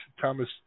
Thomas